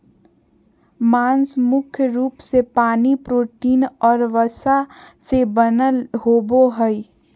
मांस मुख्य रूप से पानी, प्रोटीन और वसा से बनल होबो हइ